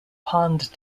pond